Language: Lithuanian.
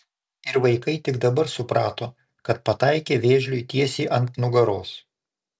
ir vaikai tik dabar suprato kad pataikė vėžliui tiesiai ant nugaros